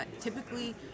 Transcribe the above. typically